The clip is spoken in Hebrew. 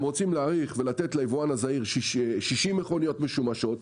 אם רוצים להאריך ולתת ליבואן הזעיר 60 מכוניות משומשות,